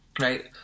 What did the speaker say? right